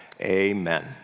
amen